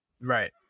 Right